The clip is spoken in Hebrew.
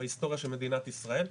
בהיסטוריה של מדינת ישראל,